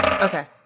okay